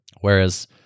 Whereas